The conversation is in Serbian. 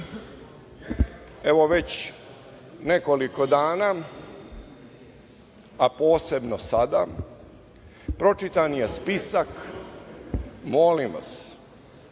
evo već nekoliko dana, a posebno sada pročitan je spisak, molim